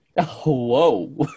Whoa